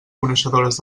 coneixedores